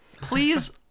please